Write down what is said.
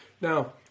Now